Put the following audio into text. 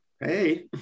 hey